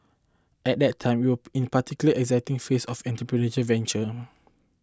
at that time we were in a particularly exciting phase of entrepreneurial venture